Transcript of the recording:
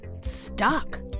stuck